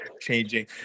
changing